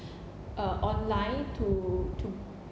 uh online to to